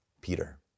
Peter